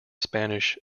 spanish